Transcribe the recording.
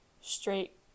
straight